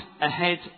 ahead